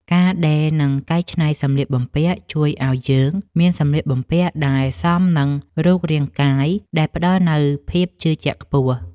ការដេរ និងកែច្នៃសម្លៀកបំពាក់ជួយឱ្យយើងមានសម្លៀកបំពាក់ដែលសមនឹងរូបរាងកាយ ដែលផ្ដល់នូវភាពជឿជាក់ខ្ពស់។